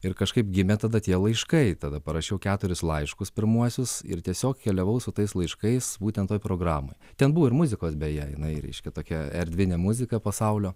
ir kažkaip gimė tada tie laiškai tada parašiau keturis laiškus pirmuosius ir tiesiog keliavau su tais laiškais būtent toj programoj ten buvo ir muzikos beje jinai reiškia tokia erdvinė muzika pasaulio